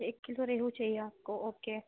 ایک کلو ریہو چاہیے آپ کو اوکے